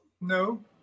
No